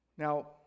Now